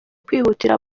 kwihutira